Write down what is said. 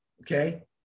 okay